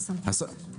יש סמכות,